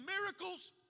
miracles